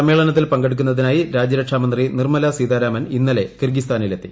സമ്മേളനത്തിൽ പങ്കെടുക്കുന്നതിനായി രാജ്യരക്ഷാമന്ത്രി നിർമ്മല സീതാരാമൻ ഇന്നലെ കിർഗിസ്ഥനിൽ എത്തി